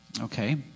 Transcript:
Okay